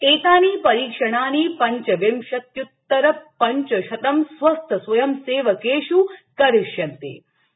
एतानि परीक्षणानि पञ्चविंशत्य्तर पञ्चशतं स्वस्थ स्वयंसेवकेष् करिष्यन्ते